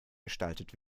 gestaltet